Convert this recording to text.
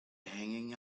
hanging